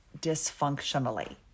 dysfunctionally